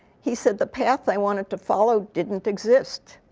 he said, the path i wanted to follow didn't exist,